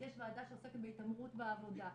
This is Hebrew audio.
יש ועדה שעוסקת בהתעמרות בעבודה.